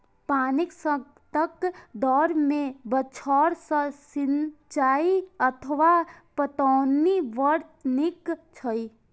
पानिक संकटक दौर मे बौछार सं सिंचाइ अथवा पटौनी बड़ नीक छै